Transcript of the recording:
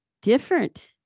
different